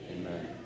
Amen